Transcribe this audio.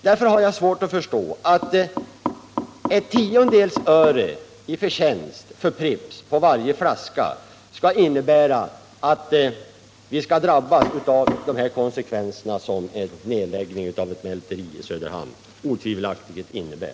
Därför har jag svårt att förstå att en förtjänst för Pripps av en tiondels öre på varje flaska skall vara motiv för att vi skall drabbas av de konsekvenser som en nedläggning av mälteriet i Söderhamn otvivelaktigt innebär.